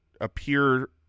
appear